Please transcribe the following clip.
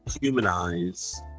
humanize